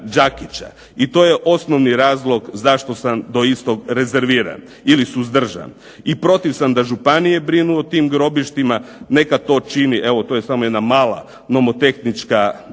I to je osnovni razlog zašto sam do istog rezerviran ili suzdržan. I protiv sam da županije brinu o tim grobištima, neka to čini, evo to je samo jedna mala nomotehnička nadopuna,